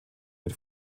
mit